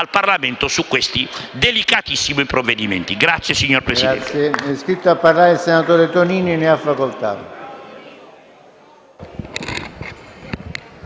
Grazie, signor Presidente.